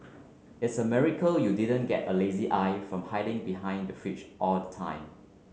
it's a miracle you didn't get a lazy eye from hiding behind the fringe all the time